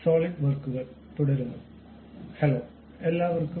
solid വർക്കുകൾ തുടരുന്നു hello എല്ലാവർക്കും